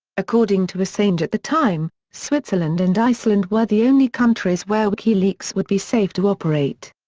according to assange at the time, switzerland and iceland were the only countries where wikileaks would be safe to operate.